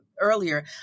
earlier